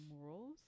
morals